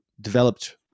developed